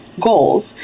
goals